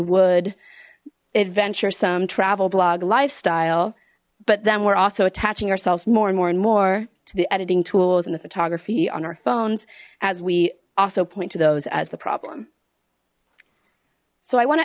wood adventuresome travel blog lifestyle but then we're also attaching ourselves more and more and more to the editing tools and the photography on our phones as we also point to those as the problem so i want